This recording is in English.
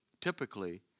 typically